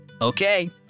Okay